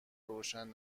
روشن